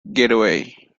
getaway